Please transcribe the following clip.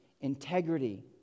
integrity